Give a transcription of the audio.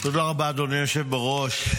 תודה רבה, אדוני היושב בראש.